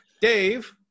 Dave